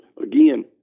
again